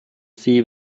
sie